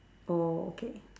orh okay